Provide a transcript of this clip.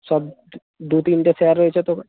সব দু তিনটে স্যার রয়েছে